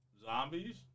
Zombies